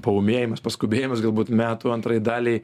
paūmėjimas paskubėjimas galbūt metų antrąjai daliai